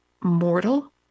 mortal